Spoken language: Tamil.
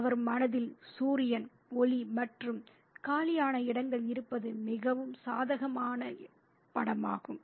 அவர் மனதில் சூரியன் ஒளி மற்றும் காலியான இடங்கள் இருப்பது மிகவும் சாதகமான படமாகும்